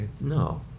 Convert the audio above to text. No